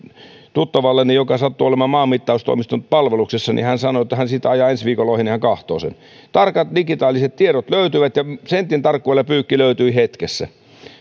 tuttavalleni joka sattuu olemaan maanmittaustoimiston palveluksessa ja hän sanoi että kun hän siitä ajaa ensi viikolla ohi niin hän katsoo sen tarkat digitaaliset tiedot löytyivät ja sentin tarkkuudella pyykki löytyi hetkessä